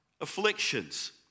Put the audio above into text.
afflictions